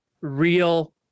real